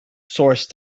source